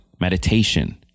meditation